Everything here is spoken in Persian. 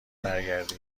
برگردی